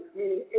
meaning